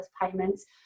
payments